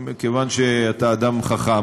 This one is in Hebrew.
מכיוון שאתה אדם חכם,